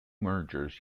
mergers